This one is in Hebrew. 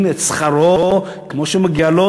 לעורך-הדין את שכרו כמו שמגיע לו,